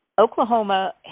Oklahoma